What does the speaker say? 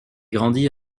grandit